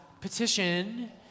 petition